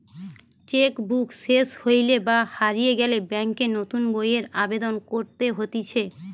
check book সেস হইলে বা হারিয়ে গেলে ব্যাংকে নতুন বইয়ের আবেদন করতে হতিছে